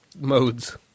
modes